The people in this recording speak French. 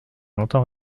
longtemps